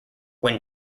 when